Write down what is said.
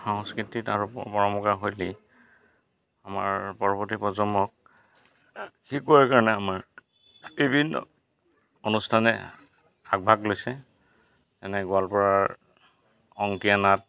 সংস্কৃতিত আৰু পৰম্পৰা শৈলী আমাৰ পৰৱৰ্তী প্ৰজন্মক শিকোৱাৰ কাৰণে আমাৰ বিভিন্ন অনুষ্ঠানে আগভাগ লৈছে যেনে গোৱালপাৰাৰ অংকীয়া নাট